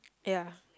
ya